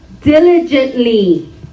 diligently